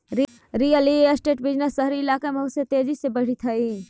real estate business शहरी कइलाका में बहुत तेजी से बढ़ित हई